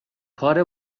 کار